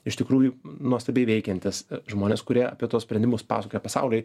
iš tikrųjų nuostabiai veikiantys žmonės kurie apie tuos sprendimus pasakoja pasauliui